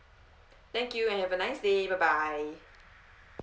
thank you and have a nice day bye bye